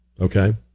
Okay